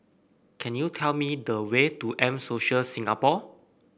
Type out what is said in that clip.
can you tell me the way to M Social Singapore